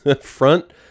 Front